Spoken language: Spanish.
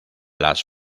las